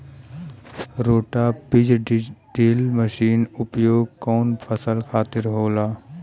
रोटा बिज drill machine के उपयोग कऊना फसल खातिर होखेला?